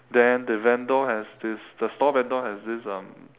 then the vendor has this the store vendor has this um